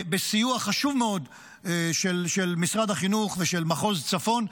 בסיוע חשוב מאוד של משרד החינוך ושל מחוז צפון.